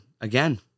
again